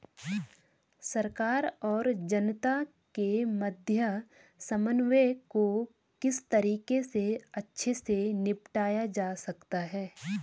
सरकार और जनता के मध्य समन्वय को किस तरीके से अच्छे से निपटाया जा सकता है?